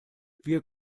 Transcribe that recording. wir